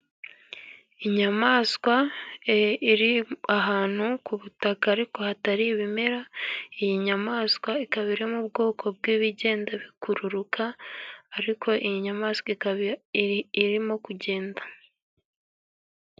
Inyamaswa iri ahantu ku butaka ariko hatari ibimera. Iyi nyamaswa ikaba iri mu bwoko bw'ibigenda bikururuka, ariko iyi nyamaswa ikaba irimo kugenda.